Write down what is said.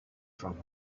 from